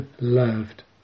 loved